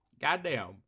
Goddamn